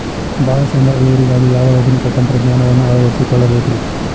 ಭಾಳ ಶೇಂಗಾ ಇಳುವರಿಗಾಗಿ ಯಾವ ಆಧುನಿಕ ತಂತ್ರಜ್ಞಾನವನ್ನ ಅಳವಡಿಸಿಕೊಳ್ಳಬೇಕರೇ?